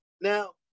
Now